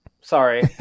Sorry